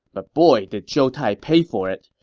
but boy did zhou tai pay for it.